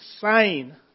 sign